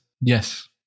Yes